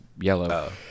yellow